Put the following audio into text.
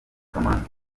kamanzi